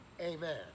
amen